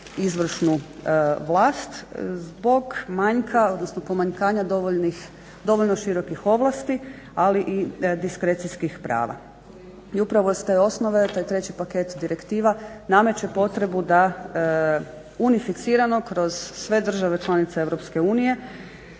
izvršnu vlast zbog manjka, odnosno pomanjkanja dovoljno širokih ovlasti ali i diskrecijskih prava. I upravo s te osnove, to je treći paket direktiva, nameće potrebu da unificirano kroz sve države članice